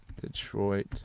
Detroit